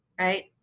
right